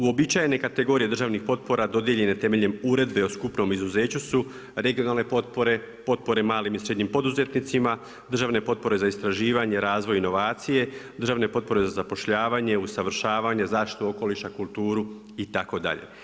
Uobičajene kategorije državnih potpora dodijeljene temeljem Uredbe o skupnom izuzeću su regionalne potpore, potpore malim i srednjim poduzetnicima, državne potpore za istraživanje, razvoj i inovacije, državne potpore za zapošljavanje, usavršavanje, zaštitu okoliša, kulturu itd.